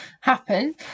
happen